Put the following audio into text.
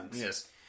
Yes